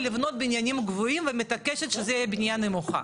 לבנות בניינים גבוהים ומתעקשת שזו תהיה בנייה נמוכה.